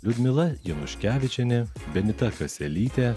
liudmila januškevičienė benita kaselytė